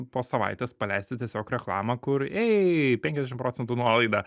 po savaitės paleisti tiesiog reklamą kur ei penkiasdešimt procentų nuolaida